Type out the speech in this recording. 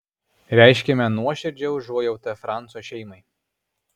reiškiame nuoširdžią užuojautą franco šeimai